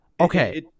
Okay